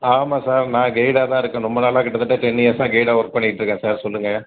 ஆமாம் சார் நான் கைடாக தான் இருக்கேன் ரொம்ப நாளாக கிட்டத்தட்ட டென் இயர்ஸாக கைடாக ஒர்க் பண்ணிகிட்டுருக்கேன் சார் சொல்லுங்க